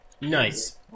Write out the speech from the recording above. Nice